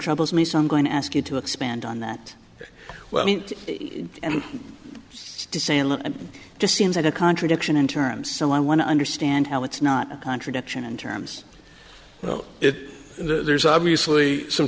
troubles me so i'm going to ask you to expand on that well and sam and just seems that a contradiction in terms so i want to understand how it's not a contradiction in terms of it there's obviously some